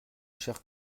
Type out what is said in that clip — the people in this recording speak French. cher